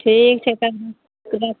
ठीक छै तब